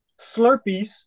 Slurpees